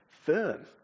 firm